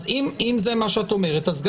אז אם זה מה שאת אומרת, אז,